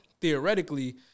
theoretically